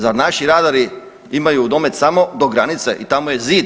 Zar naši radari imaju domet samo do granice i tamo je zid?